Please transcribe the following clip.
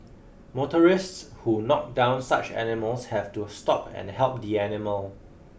motorists who knocked down such animals have to stop and help the animal